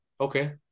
Okay